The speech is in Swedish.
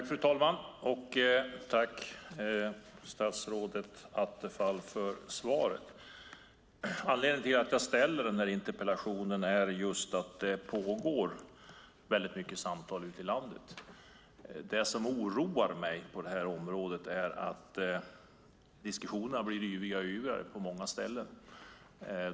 Fru talman! Jag tackar statsrådet Attefall för svaret. Anledningen till att jag ställer interpellationen är just att det pågår många samtal ute i landet. Det som oroar mig på området är att diskussionerna har blivit alltmer yviga på många ställen.